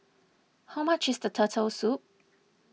how much is the Turtle Soup